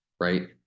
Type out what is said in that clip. Right